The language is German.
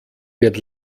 wird